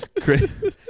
chris